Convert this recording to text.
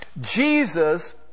Jesus